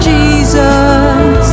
Jesus